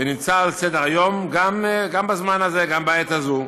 ונמצא על סדר-היום גם בזמן הזה, גם בעת הזאת.